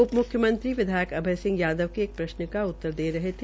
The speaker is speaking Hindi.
उप मुख्यमंत्री विधायक अभय सिंह यादव के एक प्रश्न का उतर दे रहे थे